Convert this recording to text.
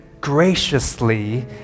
graciously